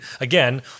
again